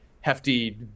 hefty